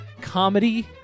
comedy